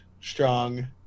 strong